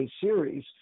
series